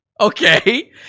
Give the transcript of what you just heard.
okay